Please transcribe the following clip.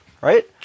right